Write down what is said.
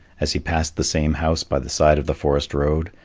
as he passed the same house by the side of the forest road,